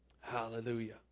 Hallelujah